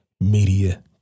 Media